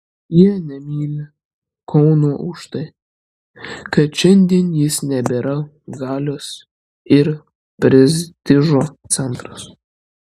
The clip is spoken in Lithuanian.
jie nemyli kauno už tai kad šiandien jis nebėra galios ir prestižo centras